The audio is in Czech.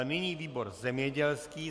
Nyní výbor zemědělský.